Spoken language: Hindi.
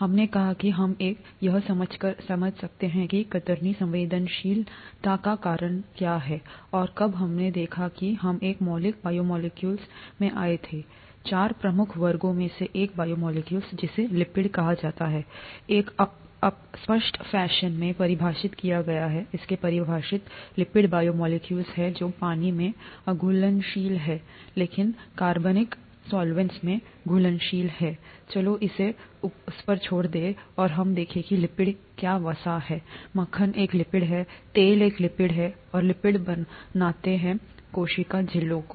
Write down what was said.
हमने कहा कि हम यह समझकर सकते हैं कि कतरनी संवेदनशीलता का कारण क्या है और कब हमने देखा कि हम एक मौलिक बायोमोलेक्यूल में आए थे चार प्रमुख वर्गों में से एक बायोमोलेक्यूलस जिसे लिपिड कहा जाता है एक अस्पष्ट फैशन में परिभाषित किया गया है इसके परिभाषित लिपिड बायोमोलेक्यूलस हैं जो पानी में अघुलनशील हैं लेकिन कार्बनिक सॉल्वैंट्स में घुलनशील हैं चलो इसे उस पर छोड़ दें और हमने देखा कि लिपिड क्या वसा है मक्खन एक लिपिड है तेल एक लिपिड है और लिपिड बनाते हैं कोशिका झिल्लियों को